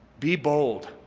be bold.